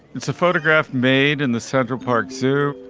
it's a photograph made in the central park zoo.